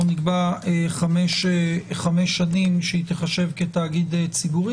נקבע 5 שנים שהיא תיחשב כתאגיד ציבורי